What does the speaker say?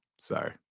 Sorry